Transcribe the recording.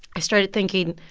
i started thinking,